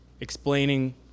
explaining